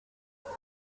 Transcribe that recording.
nawe